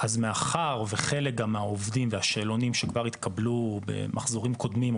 אז מאחר וחלק גם מהעובדים והשאלונים שכבר התקבלו במחזורים קודמים,